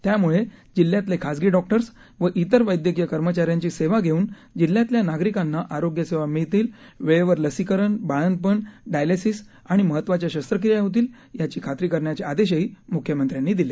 त्यामुळे जिल्ह्यातले खासगी डॉक्टर्स व इतर वैद्यकीय कर्मचाऱ्यांची सेवा घेऊन जिल्ह्यातल्या नागरिकांना आरोग्य सेवा मिळतील वेळेवर लसीकरण बाळंतपण डायलेसीस महत्वाच्या शस्त्रक्रिया होतील याची खात्री करण्याचे आदेशही मुख्यमंत्र्यांनी दिले